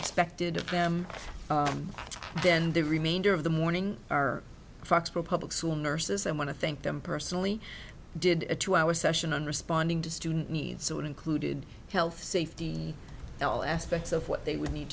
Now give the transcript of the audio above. expected of them and then the remainder of the morning are foxborough public school nurses and want to thank them personally did a two hour session on responding to student needs so it included health safety all aspects of what they would need